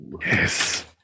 Yes